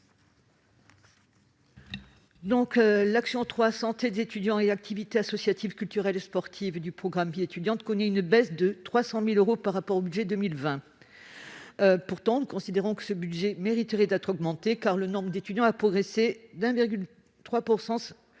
L'action n° 03, Santé des étudiants et activités associatives, culturelles et sportives, du programme « Vie étudiante » connaît une baisse de 300 000 euros par rapport au budget pour 2020. Nous considérons pourtant qu'elle mériterait d'être augmentée, car le nombre d'étudiants a progressé de 1,3 % depuis la